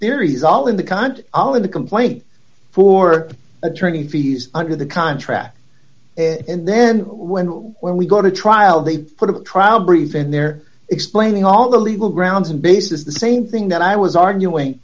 contest all in the complaint for attorney fees under the contract and then when when we go to trial they put a trial brief in there explaining all the legal grounds and basis the same thing that i was arguing